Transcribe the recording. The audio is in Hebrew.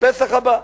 פסח הבא.